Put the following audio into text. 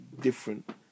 different